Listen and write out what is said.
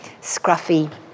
scruffy